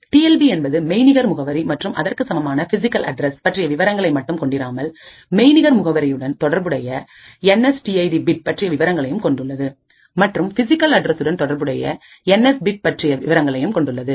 D L B என்பது மெய்நிகர் முகவரி மற்றும் அதற்கு சமமான பிசிகல் அட்ரஸ் பற்றிய விவரங்களை மட்டும் கொண்டிராமல் மெய்நிகர் முகவரியுடன் தொடர்புடைய N S T ID bit பற்றிய விவரங்களையும் கொண்டுள்ளது மற்றும் பிசிகல் அட்ரசுடன் தொடர்புடைய என் எஸ் பிட் பற்றிய விபரங்களையும் கொண்டுள்ளது